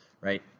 right